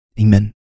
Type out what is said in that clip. Amen